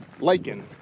Lichen